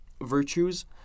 virtues